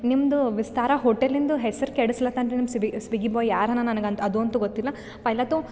ನಿಮ್ದು ವಿಸ್ತಾರ ಹೋಟೆಲಿಂದು ಹೆಸ್ರು ಕೆಡ್ಸಲತಾನ ನಿಮ್ಮ ಸಿಬಿ ಸ್ವಿಗ್ಗಿ ಬೊಯ್ ಯಾರನ ನನಗೆ ಅಂತ ಅದಂತು ಗೊತ್ತಿಲ್ಲ ಪೈಲತೊ